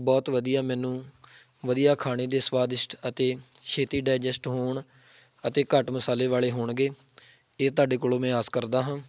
ਬਹੁਤ ਵਧੀਆ ਮੈਨੂੰ ਵਧੀਆ ਖਾਣੇ ਦੇ ਸਵਾਦਿਸ਼ਟ ਅਤੇ ਛੇਤੀ ਡਾਈਜੈਸਟ ਹੋਣ ਅਤੇ ਘੱਟ ਮਸਾਲੇ ਵਾਲੇ ਹੋਣਗੇ ਇਹ ਤੁਹਾਡੇ ਕੋਲੋਂ ਮੈਂ ਆਸ ਕਰਦਾ ਹਾਂ